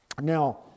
Now